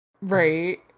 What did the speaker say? Right